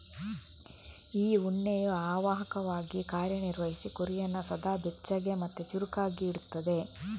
ಈ ಉಣ್ಣೆಯು ಅವಾಹಕವಾಗಿ ಕಾರ್ಯ ನಿರ್ವಹಿಸಿ ಕುರಿಯನ್ನ ಸದಾ ಬೆಚ್ಚಗೆ ಮತ್ತೆ ಚುರುಕಾಗಿ ಇಡ್ತದೆ